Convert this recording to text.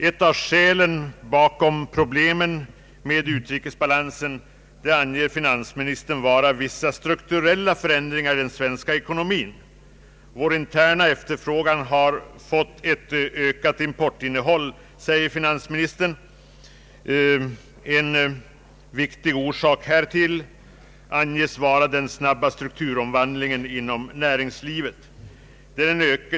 Ett av skälen till problemen med utrikesbalansen anger finansministern vara vissa strukturella förändringar i den svenska ekonomin. Vår interna efterfrågan har fått ett ökat importinnehåll, säger finansministern. En viktig orsak härtill anses vara den snabba strukturomvandlingen inom näringslivet.